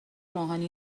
روحانی